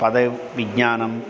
पदविज्ञानम्